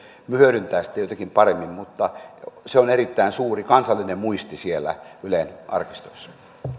hyödyntää sitä jotenkin paremmin mutta erittäin suuri kansallinen muisti on siellä ylen arkistoissa